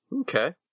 Okay